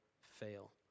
fail